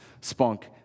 spunk